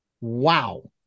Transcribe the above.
wow